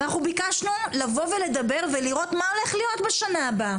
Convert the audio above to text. אבל אנחנו ביקשנו לבוא ולדבר ולראות מה הולך להיות בשנה הבאה.